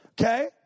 Okay